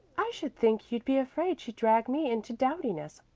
i should think you'd be afraid she'd drag me into dowdiness,